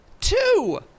Two